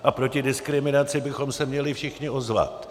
A proti diskriminaci bychom se měli všichni ozvat.